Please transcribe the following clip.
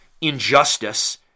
injustice